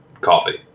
coffee